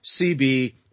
CB